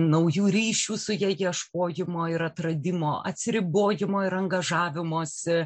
naujų ryšių su ja ieškojimo ir atradimo atsiribojimo ir angažavimosi